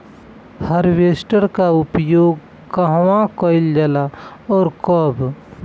Harvester का उपयोग कहवा कइल जाला और कब?